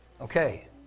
Okay